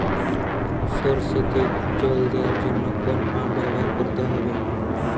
সরষেতে জল দেওয়ার জন্য কোন পাম্প ব্যবহার করতে হবে?